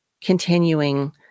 continuing